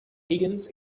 higgins